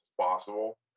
possible